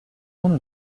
want